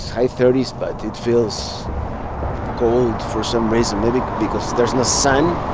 high thirty s. but it feels cold for some reason. maybe because there's no sun.